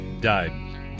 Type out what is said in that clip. died